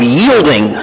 yielding